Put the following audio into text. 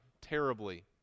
terribly